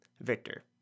Victor